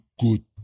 good